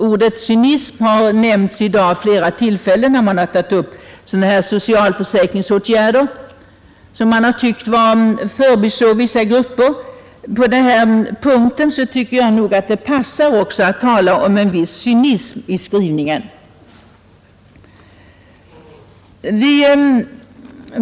Ordet cynism har i dag nämnts vid flera tillfällen, när man tagit upp socialförsäkringsåtgärder och ansett vissa grupper förbisedda. På denna punkt tycker jag att det passar att tala om en viss cynism i skrivningen.